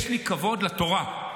יש לי כבוד לתורה,